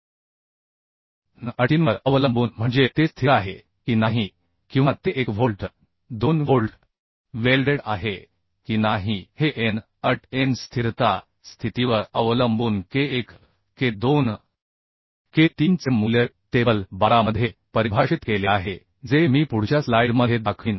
n अटींवर अवलंबून म्हणजे ते स्थिर आहे की नाही किंवा ते 1 व्होल्ट 2 व्होल्ट वेल्डेड आहे की नाही हे n कन्डीशन n फिक्सीटी स्थितीवर अवलंबून K 1 K 2 K 3 चे मूल्य टेबल 12 मध्ये परिभाषित केले आहे जे मी पुढच्या स्लाइडमध्ये दाखवीन